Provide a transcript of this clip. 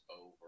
over